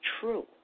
true